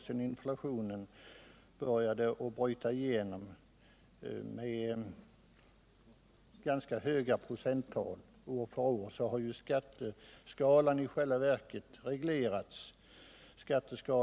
Sedan inflationen började bryta igenom med ganska höga procenttal har skatteskalan i själva verket reglerats varje år.